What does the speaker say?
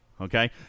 Okay